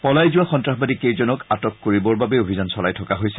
পলাই যোৱা সন্তাসবাদী কেইজনক আটক কৰিবৰ বাবে অভিযান চলাই থকা হৈছে